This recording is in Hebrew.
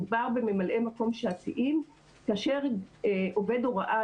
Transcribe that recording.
מדובר בממלאי מקום שעתיים כאשר עובד הוראה,